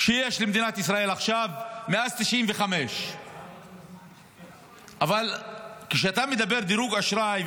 שהיה למדינת ישראל מאז 1995. אבל כשאתה מדבר על דירוג האשראי,